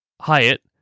Hyatt